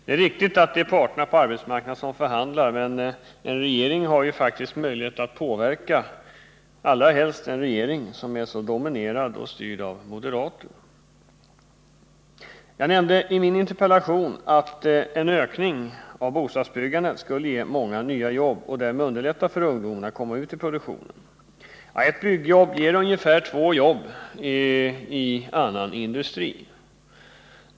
Det är riktigt att det är parterna på arbetsmarknaden som förhandlar, men en regering har faktiskt en möjlighet att påverka, allra helst en regering som är så dominerad och styrd av moderater. Jag nämnde i min interpellation att en ökning av bostadsbyggandet skulle ge många nya jobb och därmed underlätta för ungdomen att komma ut i produktionen. Ett byggjobb ger ungefär två jobb i annan industri.